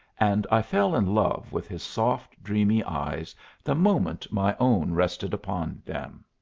and i fell in love with his soft, dreamy eyes the moment my own rested upon them.